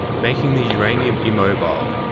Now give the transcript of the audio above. making the uranium immobile,